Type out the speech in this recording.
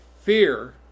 fear